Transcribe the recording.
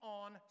on